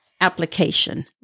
application